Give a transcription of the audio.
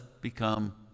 become